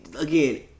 Again